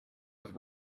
with